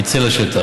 זה יצא לשטח.